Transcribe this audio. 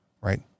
right